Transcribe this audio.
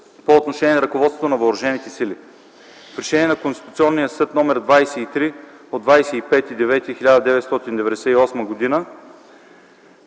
по отношение ръководството на въоръжените сили. В решение на Конституционния съд № 23 от 25 септември 1998 г.